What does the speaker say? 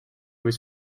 his